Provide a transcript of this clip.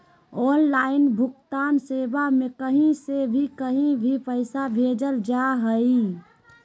online भुगतान सेवा में कही से भी कही भी पैसा भेजल जा हइ